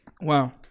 Wow